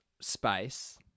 space